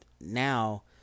now